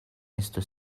estu